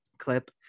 clip